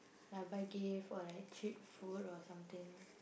ya buy gifts or like treat food or something